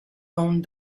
owned